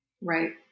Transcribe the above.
Right